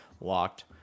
locked